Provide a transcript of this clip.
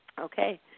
Okay